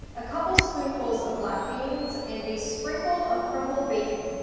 a couple spoonfuls of black beans, and a sprinkle of crumbled bacon.